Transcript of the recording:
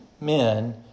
men